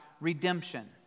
redemption